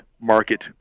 market